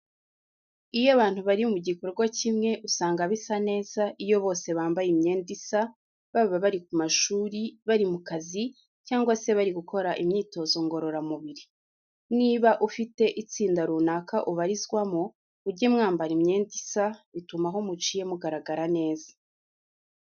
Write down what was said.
Iyo abantu bari mu gikorwa kimwe usanga bisa neza iyo bose bambaye imyenda isa, baba bari ku mashuri, bari mu kazi, cyangwa se bari gukora imyitozo ngororamubiri. Niba ufite itsinda runaka ubarizwamo, mujye mwambara imyenda isa, bituma aho muciye mugaragara neza.